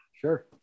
Sure